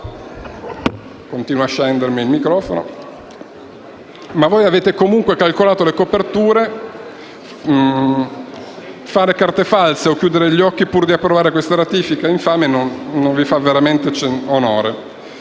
provvedimenti normativi». Ma voi avete comunque calcolato le coperture. Fare carte false o chiudere gli occhi pur di approvare questa ratifica infame non vi fa veramente onore.